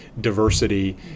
diversity